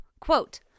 Quote